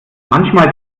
manchmal